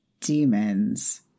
demons